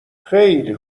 خیلی